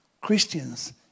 Christians